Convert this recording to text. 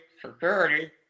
security